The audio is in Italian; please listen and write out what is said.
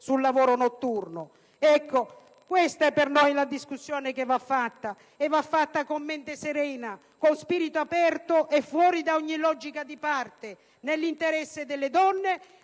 sul lavoro notturno. Ecco, questa è la discussione che va fatta e va fatta con mente serena, con spirito aperto e fuori da ogni logica di parte, nell'interesse delle donne